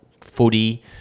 footy